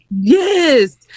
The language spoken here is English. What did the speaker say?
Yes